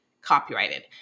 copyrighted